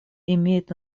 имеет